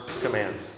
commands